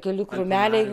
keli krūmeliai